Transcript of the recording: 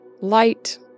light